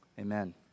amen